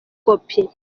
kopi